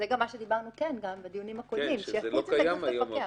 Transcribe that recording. זה מה שדיברנו גם בדיונים הקודם --- זה לא קיים היום.